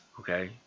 okay